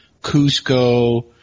Cusco